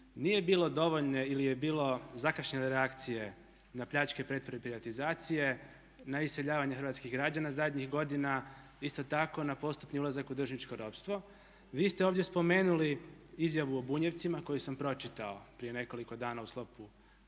Nije bilo dovoljne ili je bilo zakašnjele reakcije na pljačke pretvorbe i privatizacije, na iseljavanje hrvatskih građana zadnjih godina, isto tako na postupni ulazak u dužničko ropstvo. Vi ste ovdje spomenuli izjavu o Bunjevcima koju sam pročitao prije nekoliko dana u sklopu